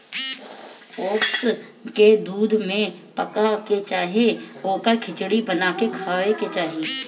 oats के दूध में पका के चाहे ओकर खिचड़ी बना के खाए के चाही